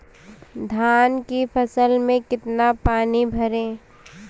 धान की फसल में कितना पानी भरें?